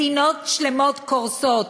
מדינות שלמות קורסות.